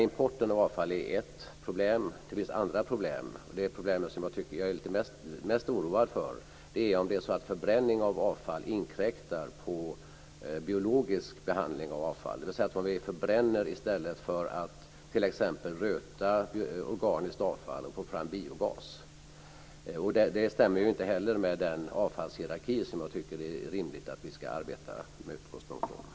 Importen av avfall är ett problem, men det finns andra problem. Det problem jag är mest oroad för är om förbränning av avfall inkräktar på biologisk behandling avfall. Det gäller om vi förbränner i stället för att t.ex. röta organiskt avfall och får fram biogas. Det stämmer inte heller med den avfallshierarki som jag tycker att det är rimligt att vi ska arbeta med utgångspunkt från.